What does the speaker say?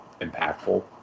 impactful